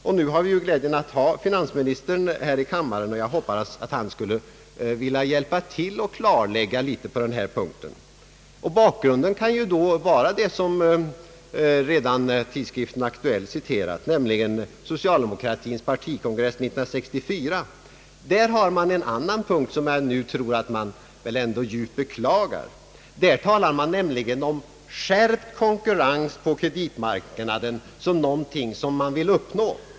Då vi nu har glädjen att se finansministern här i kammaren hoppas jag att han vill hjälpa till och göra några klarlägganden. Bakgrunden kan ju då vara vad tidskriften Aktuellt har citerat från den socialdemokratiska partikongressen år 1964. I det uttalandet finns också en annan punkt som jag tror att man väl ändå nu djupt beklagar. Jag syftar på den punkt där man talar om skärpt konkurrens på kapitalmarknaden som någonting som man vill uppnå.